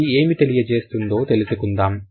అది ఏమి తెలియజేస్తోందో తెలుసుకుందాం